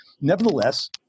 Nevertheless